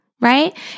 right